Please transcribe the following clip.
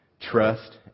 Trust